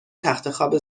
تختخواب